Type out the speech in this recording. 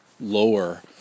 lower